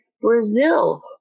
Brazil